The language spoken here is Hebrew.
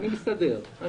אני מסתדר.